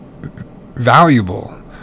valuable